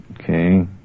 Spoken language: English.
Okay